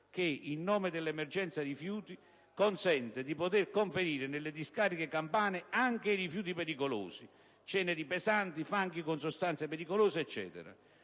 in nome dell'emergenza rifiuti, consente di poter conferire nelle discariche campane anche i rifiuti pericolosi (ceneri pesanti, fanghi con sostanze pericolose, eccetera).